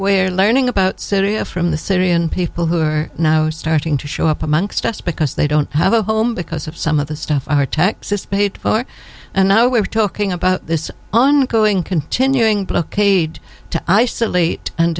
we're learning about syria from the syrian people who are now starting to show up amongst us because they don't have a home because of some of the stuff texas paid for and know we were talking about this ongoing continuing blockade to isolate and